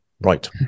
right